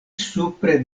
supre